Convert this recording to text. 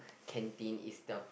canteen is the